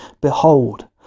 Behold